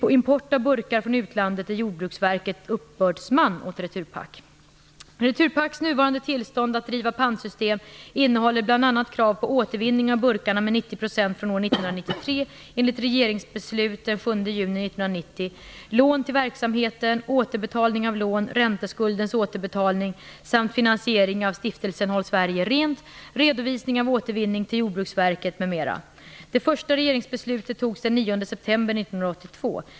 Vid import av burkar från utlandet är Jordbruksverket uppbördsman åt Returpack. Returpacks nuvarande tillstånd att driva pantsystem innehåller bl.a. krav på återvinning av burkarna med 90 % från år 1993 enligt ett regeringsbeslut den 7 juni 1990, lån till verksamheten, återbetalning av lån, ränteskuldens återbetalning samt finansiering av stiftelsen Håll Sverige Rent, redovisning av återvinning till Jordbruksverket, m.m. Det första regeringsbeslutet togs den 9 september 1982.